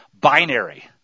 binary